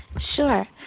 Sure